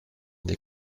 les